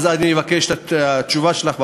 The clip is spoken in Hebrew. אני אבקש את התשובה שלך וההצבעה.